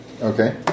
Okay